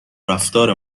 رفتار